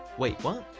wait, what?